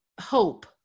hope